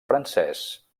francès